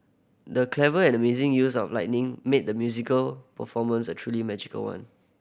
the clever and amazing use of lighting made the musical performance a truly magical one